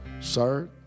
Sir